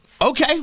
Okay